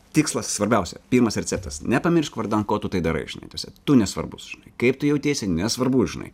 tikslas svarbiausia pirmas receptas nepamiršk vardan ko tu tai darai žinai ta prasme tu nesvarbus kaip tu jautiesi nesvarbu žinai